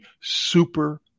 super